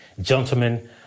Gentlemen